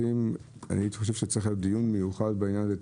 אני חושב שצריך להיות דיון מיוחד בעניין הזה.